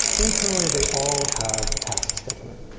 internally, they all have a task scheduler.